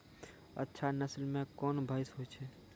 अच्छा नस्ल के कोन भैंस होय छै?